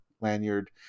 lanyard